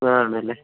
ആ ആന്നല്ലേ